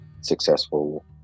successful